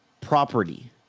property